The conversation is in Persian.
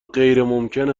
غیرممکن